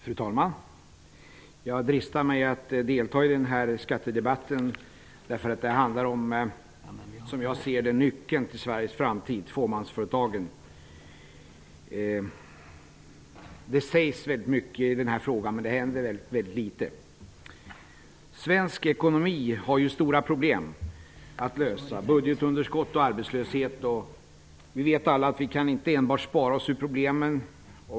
Fru talman! Jag dristar mig att delta i den här skattedebatten, eftersom det som jag ser det handlar om nyckeln till Sveriges framtid -- fåmansföretagen. Det sägs mycket i den här frågan, men det händer ytterst litet. Det finns stora problem att lösa i den svenska ekonomin. Vi har problem med budgetunderskott och arbetslöshet. Vi vet alla att vi inte enbart kan spara oss ur problemen.